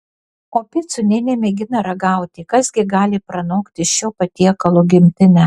o picų nė nemėgina ragauti kas gi gali pranokti šio patiekalo gimtinę